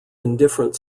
indifferent